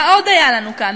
מה עוד היה לנו כאן?